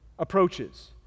approaches